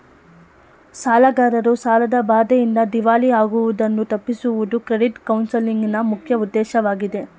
ಸಾಲಗಾರರು ಸಾಲದ ಬಾಧೆಯಿಂದ ದಿವಾಳಿ ಆಗುವುದನ್ನು ತಪ್ಪಿಸುವುದು ಕ್ರೆಡಿಟ್ ಕೌನ್ಸಲಿಂಗ್ ನ ಮುಖ್ಯ ಉದ್ದೇಶವಾಗಿದೆ